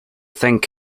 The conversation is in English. think